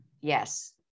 yes